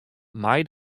mei